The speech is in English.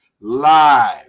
Live